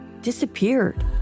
disappeared